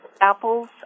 apples